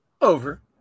Over